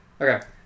Okay